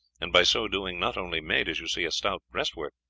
and by so doing not only made, as you see, a stout breast-work,